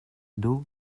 d’eau